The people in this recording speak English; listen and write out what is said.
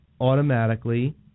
automatically